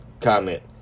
comment